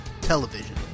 television